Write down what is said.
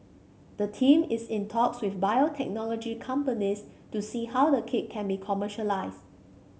the team is in talks with biotechnology companies to see how the kit can be commercialised